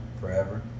Forever